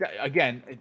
again